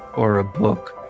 or a book,